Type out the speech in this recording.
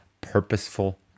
purposeful